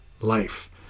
life